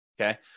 Okay